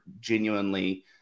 genuinely